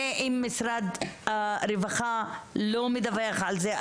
אם משרד הרווחה לא מדווח על זה,